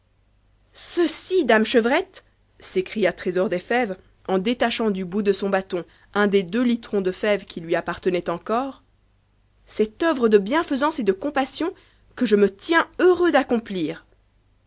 ceci dame chevrette s'écria trésor des fèves eh détachant du bout de son bâton un des deux litrons de fèves qui lui appartenaient encore c'est œuvre de bienfaisance et de compassion que je me tiens heureux d'accomplir